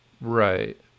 Right